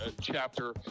chapter